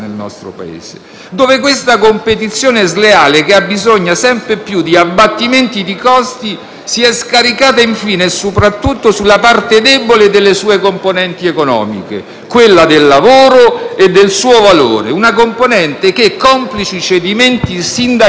si è scaricata infine soprattutto sulla parte debole delle sue componenti economiche, quella del lavoro e del suo valore; una componente che, complici cedimenti sindacali e la mancanza di rappresentanza politica, continua a pagare i prezzi più alti.